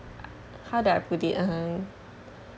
how do I put it I